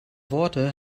worte